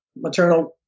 maternal